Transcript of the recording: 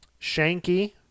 Shanky